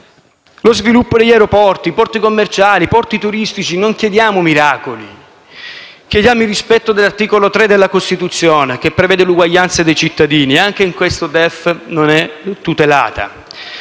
lo sviluppo degli aeroporti, i porti commerciali, i porti turistici. Non chiediamo miracoli, ma chiediamo il rispetto dell'articolo 3 della Costituzione, che prevede l'uguaglianza dei cittadini e che anche in questo DEF non è tutelata.